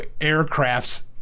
aircrafts